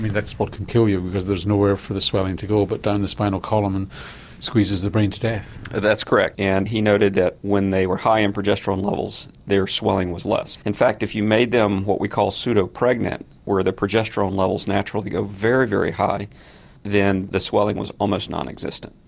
that's what can kill you because there's nowhere for the swelling to go but down the spinal column and it squeezes the brain to death. that's correct and he noted that when they were high in progesterone levels their swelling was less. in fact if you made them what we call pseudo pregnant where the progesterone levels naturally go very, very high then the swelling was almost nonexistent.